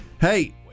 Hey